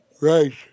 right